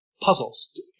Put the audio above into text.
puzzles